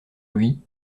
lui